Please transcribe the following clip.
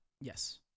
Yes